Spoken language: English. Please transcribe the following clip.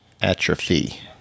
Atrophy